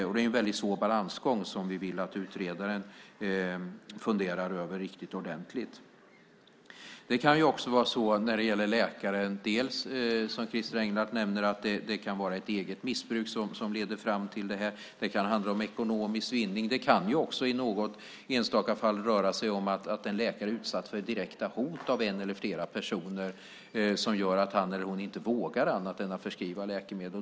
Det är en väldigt svår balansgång som vi vill att utredaren funderar över riktigt ordentligt. Det kan också, som Christer Engelhardt nämner, vara så när det gäller läkare att det dels är ett eget missbruk som leder fram till det här, dels kan det handla om ekonomisk vinning. Det kan också i något enstaka fall röra sig om att en läkare är utsatt för direkta hot av en eller flera personer som gör att han eller hon inte vågar annat än att förskriva läkemedel.